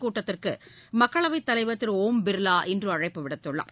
கூட்டத்திற்குமக்களவைத் தலைவர் திருஷம் பிர்லா இன்றுஅழைப்பு விடுத்துள்ளார்